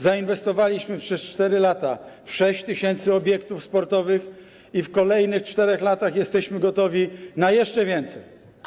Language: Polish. Zainwestowaliśmy przez 4 lata w 6 tys. obiektów sportowych i w kolejnych 4 latach jesteśmy gotowi na jeszcze więcej.